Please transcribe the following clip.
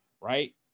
right